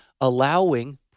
allowing